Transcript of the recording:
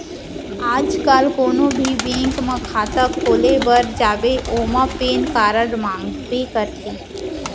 आज काल कोनों भी बेंक म खाता खोले बर जाबे ओमा पेन कारड मांगबे करथे